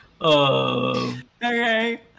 okay